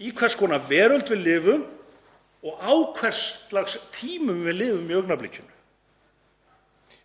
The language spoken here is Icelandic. í hvers konar veröld við lifum og á hvers lags tímum við lifum í augnablikinu.